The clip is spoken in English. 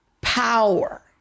power